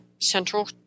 central